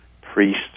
priest